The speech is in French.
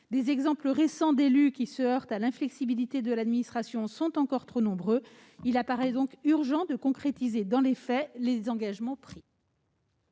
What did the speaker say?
Les exemples récents d'élus qui se heurtent à l'inflexibilité de l'administration sont encore trop nombreux. Il paraît donc urgent de concrétiser les engagements pris.